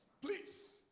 Please